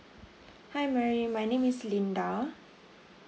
hi my my name is linda